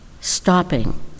stopping